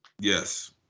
Yes